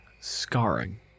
scarring